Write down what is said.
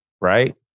right